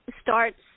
starts